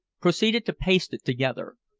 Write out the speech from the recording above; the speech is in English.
proceeded to paste it together.